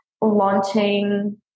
launching